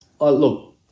look